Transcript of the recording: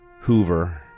Hoover